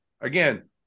again